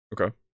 okay